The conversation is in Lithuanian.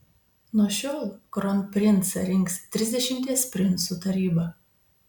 nuo šiol kronprincą rinks trisdešimties princų taryba